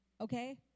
okay